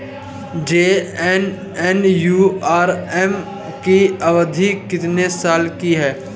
JNNURM की अवधि कितने साल की है?